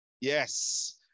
yes